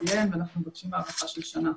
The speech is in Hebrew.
ציין ואנחנו מבקשים הארכה של שנה.